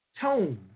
tone